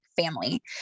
family